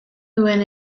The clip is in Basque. duen